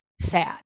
sad